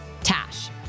TASH